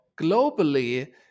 globally